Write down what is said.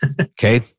okay